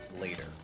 later